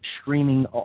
streaming